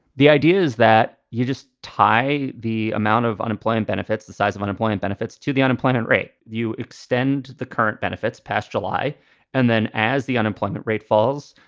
the idea is that you just tie the amount of unemployment benefits, the size of unemployment benefits to the unemployment rate. you extend the current benefits past july and then as the unemployment rate falls,